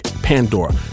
Pandora